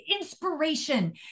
inspiration